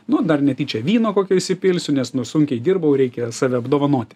nu dar netyčia vyno kokio įsipilsiu nes nu sunkiai dirbau reikia save apdovanoti